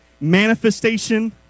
manifestation